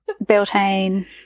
Beltane